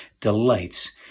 delights